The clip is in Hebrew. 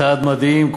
צעד מדהים.